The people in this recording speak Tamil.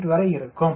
8 வரை இருக்கும்